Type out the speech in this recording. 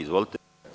Izvolite.